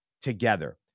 together